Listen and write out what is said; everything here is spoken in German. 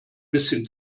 bisschen